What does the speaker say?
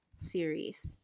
series